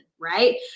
right